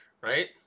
right